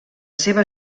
seva